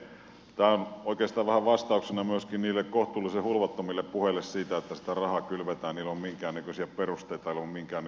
tämä on oikeastaan vähän vastauksena myöskin niille kohtuullisen hulvattomille puheille siitä että sitä rahaa kylvetään ilman minkäännäköisiä perusteita ilman minkäännäköistä valvontaa